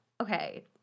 Okay